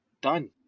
done